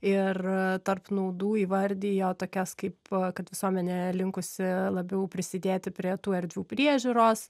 ir tarp naudų įvardijo tokias kaip kad visuomenė linkusi labiau prisidėti prie tų erdvių priežiūros